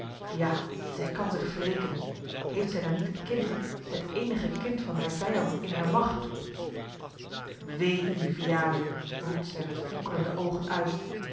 ja zij kan zich wreken heeft zij dan niet het kind het eenige kind van haar vijand in hare macht wee u vianen roept zij met fonkelende oogen uit